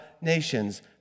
nations